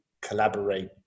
collaborate